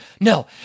no